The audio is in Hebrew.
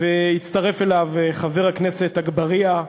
והצטרף אליו חבר הכנסת אגבאריה,